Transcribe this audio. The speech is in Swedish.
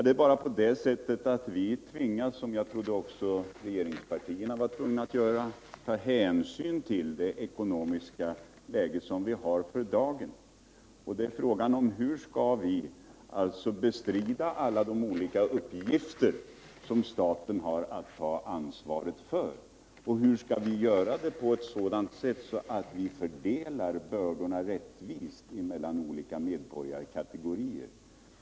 Vi tvingas — vilket jag också trodde att regeringspartierna var tvingade till — att ta hänsyn till dagens ekonomiska läge. Frågan är hur staten skall kunna klara alla de uppgifter som den har ansvar för och hur man skall kunna fördela bördorna rättvist mellan olika medborgarkategorier.